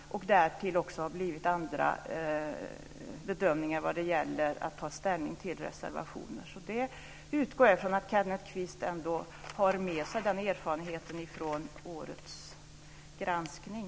Därmed har det också blivit andra ställningstaganden till reservationer. Jag utgår ifrån att Kenneth Kvist har med sig den erfarenheten från årets granskning.